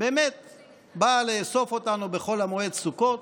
היא באה לאסוף אותנו בחול המועד סוכות.